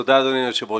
תודה אדוני היושב ראש.